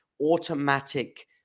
automatic